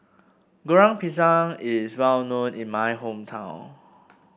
Goreng Pisang is well known in my hometown